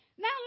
Now